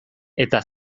eta